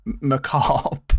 macabre